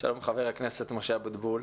שלום לח"כ משה אבוטבול.